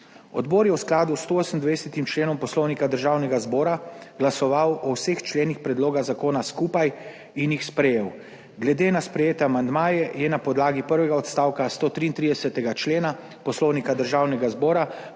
Odbor je v skladu s 128. členom Poslovnika Državnega zbora glasoval o vseh členih predloga zakona skupaj in jih sprejel. Glede na sprejete amandmaje je na podlagi prvega odstavka 133. člena Poslovnika Državnega zbora